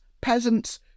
peasants